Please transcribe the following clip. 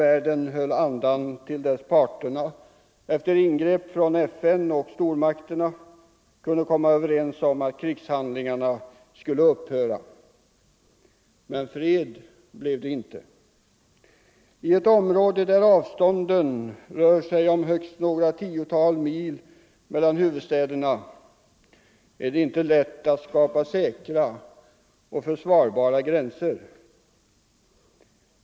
Världen höll andan till 22 november 1974 dess parterna efter ingrepp från FN och stormakterna kom överens om I att krigshandlingarna skulle upphöra. Men fred blev det inte. I ett område = Ang. läget i där avstånden rör sig om högst några 10-tal mil mellan huvudstäderna — Mellersta Östern, är det inte lätt att skapa säkra och försvarbara gränser.